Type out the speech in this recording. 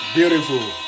Beautiful